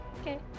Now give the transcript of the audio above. Okay